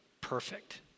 perfect